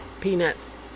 peanuts